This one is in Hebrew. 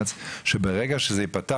שברגע שזה ייפתח